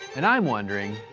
and i'm wondering,